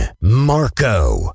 Marco